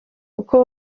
uko